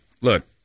look